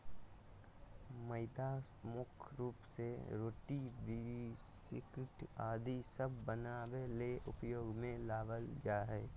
मैदा मुख्य रूप से रोटी, बिस्किट आदि सब बनावे ले उपयोग मे लावल जा हय